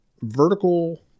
vertical